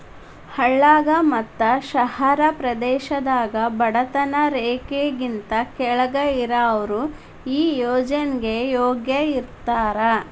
ಹಳ್ಳಾಗ ಮತ್ತ ಶಹರ ಪ್ರದೇಶದಾಗ ಬಡತನ ರೇಖೆಗಿಂತ ಕೆಳ್ಗ್ ಇರಾವ್ರು ಈ ಯೋಜ್ನೆಗೆ ಯೋಗ್ಯ ಇರ್ತಾರ